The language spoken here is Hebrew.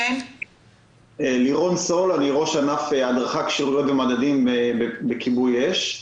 אני ראש ענף הדרכה, כשירויות ומדדים בכיבוי אש.